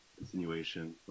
insinuation